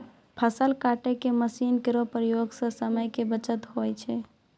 फसल काटै के मसीन केरो प्रयोग सें समय के बचत होय छै